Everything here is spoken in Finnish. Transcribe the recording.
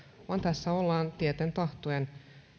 vaan tässä ollaan tieten tahtoen